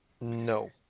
no